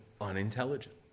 unintelligent